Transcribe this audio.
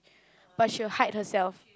but she will hide herself